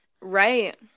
Right